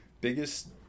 Biggest